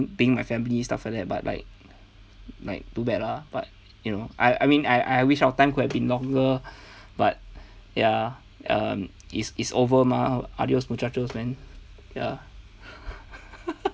being my family stuff like that but like like too bad lah but you know I I mean I I wish our time could have been longer but ya um is is over mah adios muchachos man